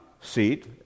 seat